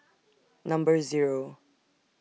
Number Zero